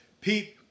Pete